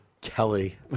Kelly